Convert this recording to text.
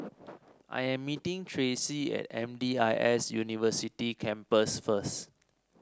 I'm meeting Tracey at M D I S University Campus first